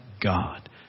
God